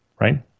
Right